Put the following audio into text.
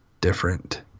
different